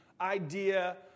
idea